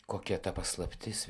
kokia ta paslaptis